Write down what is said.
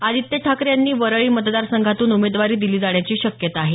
आदित्य ठाकरे यांना वरळी मतदार संघातून उमेदवारी दिली जाण्याची शक्यात आहे